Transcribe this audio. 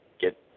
get